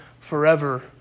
forever